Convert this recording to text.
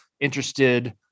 interested